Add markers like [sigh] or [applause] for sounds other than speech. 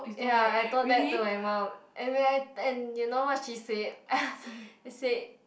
ya I told that to my mum and [noise] and you know what she said [laughs] she said